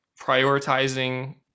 prioritizing